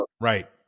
Right